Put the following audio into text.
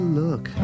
look